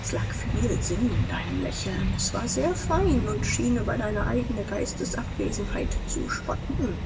es lag viel sinn in deinem lächeln es war sehr fein und schien über deine eigene geistesabwesenheit zu spotten